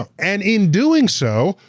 um and in doing so,